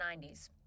90s